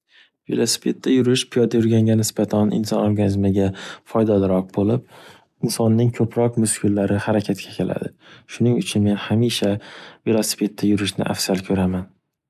Velosipedda yurish piyoda yurganga nisbatan inson organizmiga foydaliroq bo'lib, insonning ko'proq muskullari harakatga keladi. Shuning uchun men hamisha velosipedda yurishni afsal ko'raman.